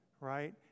right